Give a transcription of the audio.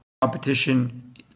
competition